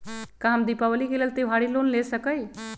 का हम दीपावली के लेल त्योहारी लोन ले सकई?